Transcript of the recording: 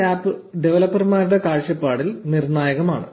ഈ ആപ്പുകൾ ഡെവലപ്പർമാരുടെ കാഴ്ചപ്പാടിൽ നിർണായകമാണ്